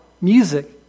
music